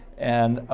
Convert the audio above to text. and